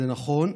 זה נכון.